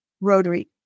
Rotary